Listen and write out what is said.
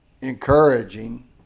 encouraging